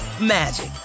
magic